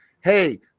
Hey